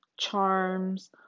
charms